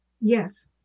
Yes